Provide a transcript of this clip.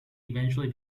eventually